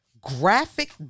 graphic